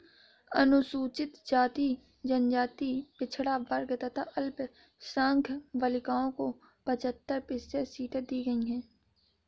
अनुसूचित जाति, जनजाति, पिछड़ा वर्ग तथा अल्पसंख्यक बालिकाओं को पचहत्तर प्रतिशत सीटें दी गईं है